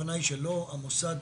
הכוונה היא שלא המוסד